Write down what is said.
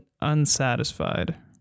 unsatisfied